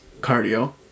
cardio